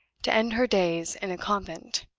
to end her days in a convent!